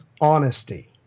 honesty